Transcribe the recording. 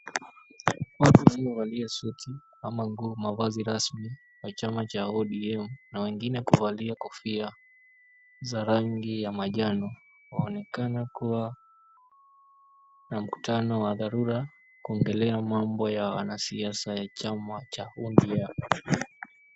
Watu waliovalia suti ama nguo, mavazi rasmi ya chama cha ODM na wengine kuvalia kofia za rangi ya manjano. Waonekana kuwa na mkutano wa dharura kuongelea mambo ya wanasiasa ya chama cha ODM.